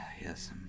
Yes